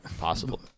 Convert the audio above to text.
possible